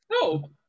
No